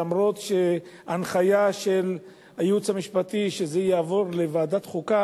למרות הנחיה של הייעוץ המשפטי שזה יעבור לוועדת חוקה,